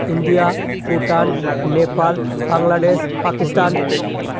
India Bhutan Nepal Bangladesh Pakistan